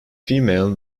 female